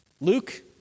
Luke